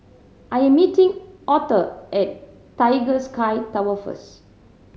I am meeting Authur at Tiger Sky Tower first